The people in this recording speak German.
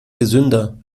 gesünder